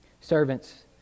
Servants